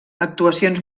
actuacions